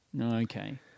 Okay